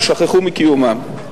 או שכחו מקיומם.